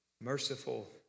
merciful